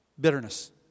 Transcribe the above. Bitterness